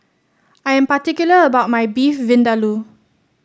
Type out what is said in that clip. I'm particular about my Beef Vindaloo